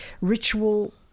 ritual